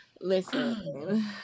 Listen